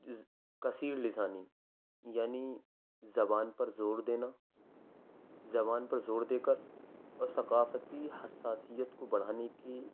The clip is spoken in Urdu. کثیر لسانی یعنی زبان پر زور دینا زبان پر زور دے کر اور ثقافتی حساسیت کو بڑھانے کی